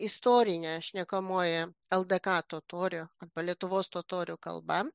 istorinė šnekamoji ldk totorių arba lietuvos totorių kalba